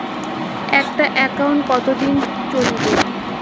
একটা একাউন্ট কতদিন চলিবে?